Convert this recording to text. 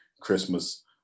Christmas